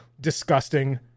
disgusting